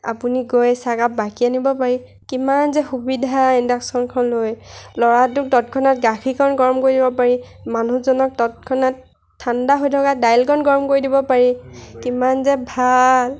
আপুনি গৈ চাহকাপ বাকি আনিব পাৰি কিমান যে সুবিধা ইণ্ডাকচনখন লৈ ল'ৰাটোক তৎক্ষণাত গাখীৰকণ গৰম কৰি দিব পাৰি মানুহজনক তৎক্ষণাত ঠাণ্ডা হৈ থকা দাইলকণ গৰম কৰি দিব পাৰি কিমান যে ভাল